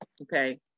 Okay